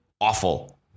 awful